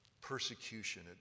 persecution